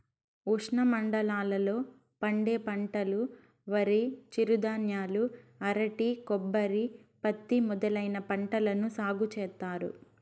ఉష్ణమండలాల లో పండే పంటలువరి, చిరుధాన్యాలు, అరటి, కొబ్బరి, పత్తి మొదలైన పంటలను సాగు చేత్తారు